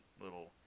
little